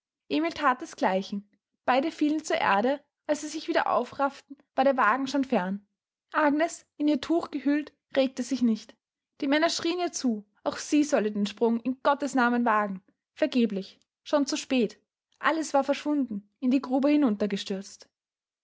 emil that desgleichen beide fielen zur erde als sie sich wieder aufrafften war der wagen schon fern agnes in ihr tuch gehüllt regte sich nicht die männer schrieen ihr zu auch sie solle den sprung in gottesnamen wagen vergeblich schon zu spät alles war verschwunden in die grube